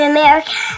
America